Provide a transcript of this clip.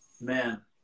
Man